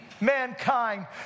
mankind